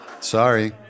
Sorry